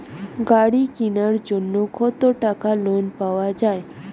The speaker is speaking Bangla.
গাড়ি কিনার জন্যে কতো টাকা লোন পাওয়া য়ায়?